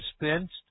dispensed